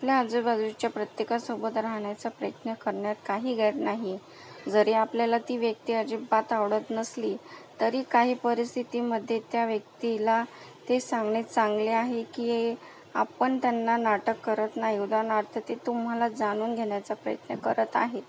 आपल्या आजूबाजूच्या प्रत्येकासोबत राहण्याचा प्रयत्न करण्यात काही गैर नाही जरी आपल्याला ती व्यक्ती अजिबात आवडत नसली तरी काही परिस्थितीमध्ये त्या व्यक्तीला ते सांगणे चांगले आहे की आपण त्यांना नाटक करत नाही उदाहरणार्थ ते तुम्हाला जाणून घेण्याचा प्रयत्न करत आहेत